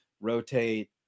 rotate